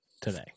today